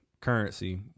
Currency